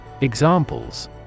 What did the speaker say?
Examples